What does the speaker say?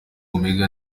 omega